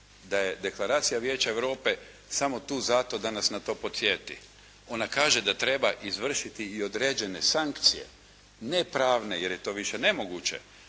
da je deklaracija Vijeća Europe samo tu zato da nas podsjeti. Ona kaže da treba izvršiti i određene sankcije, ne pravne jer je to više nemoguće,